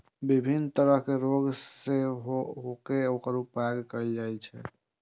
विभिन्न तरहक रोग मे सेहो एकर उपयोग कैल जाइ छै